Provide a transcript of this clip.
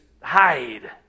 hide